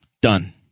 Done